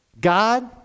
God